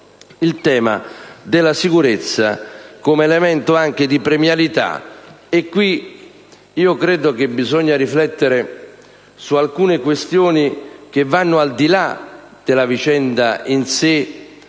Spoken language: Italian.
il tema della sicurezza, come elemento anche di premialità. Bisogna riflettere su alcune questioni che vanno al di là della vicenda in sè,